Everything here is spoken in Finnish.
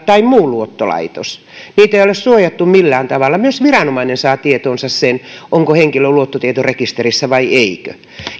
tai muu luottolaitos niitä ei ole suojattu millään tavalla myös viranomainen saa tietoonsa sen onko henkilö luottotietorekisterissä vai ei